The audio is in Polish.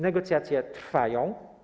Negocjacje trwają.